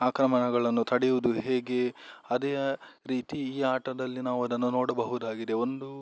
ಆಕ್ರಮಣಗಳನ್ನು ತಡೆಯುದು ಹೇಗೆ ಅದೇ ರೀತಿ ಈ ಆಟದಲ್ಲಿ ನಾವು ಅದನ್ನು ನೋಡಬಹುದಾಗಿದೆ ಒಂದು